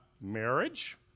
marriage